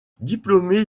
diplômé